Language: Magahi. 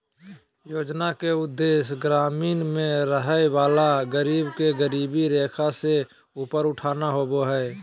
योजना के उदेश्य ग्रामीण में रहय वला गरीब के गरीबी रेखा से ऊपर उठाना होबो हइ